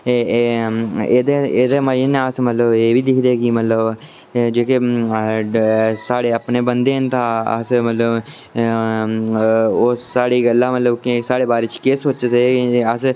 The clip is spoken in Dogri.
एह्दे मूजब अस मतलब एह् बी दिक्खदे कि मतलब जेह्के साढ़े अपने बंदे न तां अस मतलब ओह् साढ़ी गल्ला मतलब साढ़े बारे च केह् सोचदे अस